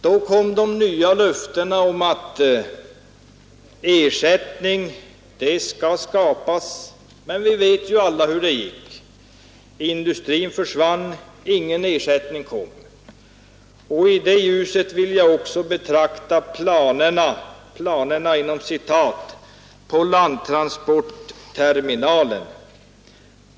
Då gavs löften om att ersättning skulle skapas, men vi vet alla hur det gick: industrin försvann och ingen ersättning kom. I det ljuset vill jag också betrakta ”planerna” på landtransportterminalen.